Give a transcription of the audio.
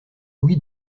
louis